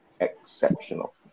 exceptional